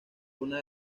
una